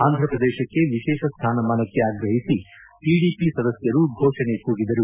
ಆಂಧಪ್ರದೇಶಕ್ಕೆ ವಿಶೇಷ ಸ್ಥಾನಮಾನಕ್ಕೆ ಆಗ್ರಹಿಸಿ ಟಿಡಿಪಿ ಸದಸ್ಕರೂ ಘೋಷಣೆ ಕೂಗಿದರು